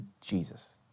Jesus